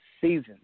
season